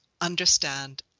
understand